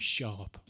Sharp